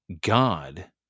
God